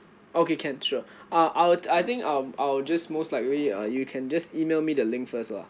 okay can sure uh I'll I think um I'll just most likely uh you can just email me the link first lah